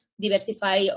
diversify